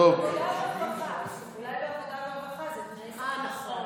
אולי בעבודה ורווחה, זה תנאי שכר.